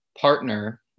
partner